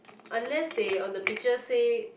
unless they on the picture say